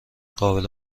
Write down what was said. قابل